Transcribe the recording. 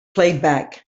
playback